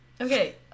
okay